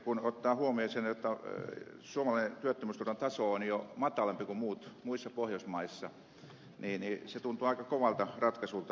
kun ottaa huomioon sen jotta suomalainen työttömyysturvan taso on jo matalampi kuin muissa pohjoismaissa niin se tuntuu aika kovalta ratkaisulta